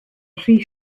rhy